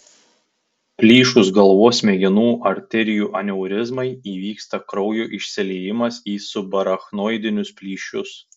plyšus galvos smegenų arterijų aneurizmai įvyksta kraujo išsiliejimas į subarachnoidinius plyšius